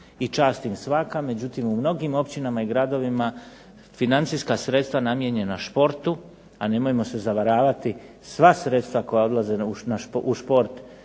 i čast im svaka, međutim u mnogim općinama i gradovima financijska sredstva namijenjena športu, a nemojmo se zavaravati sva sredstva koja odlaze na šport